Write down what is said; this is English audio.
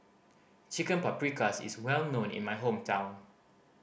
Chicken Paprikas is well known in my hometown